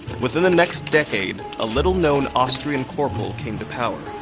within the next decade, a little-known austrian corporal came to power,